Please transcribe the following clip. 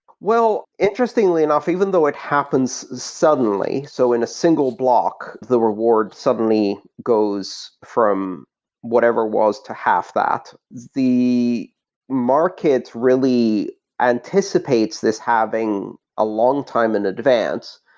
well, interestingly enough, even though it happens suddenly. so in a single block, the reward suddenly goes from whatever was to half that. the market really anticipates this halving a long time in advance.